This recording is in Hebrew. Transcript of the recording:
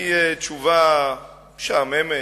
היא תשובה משעממת,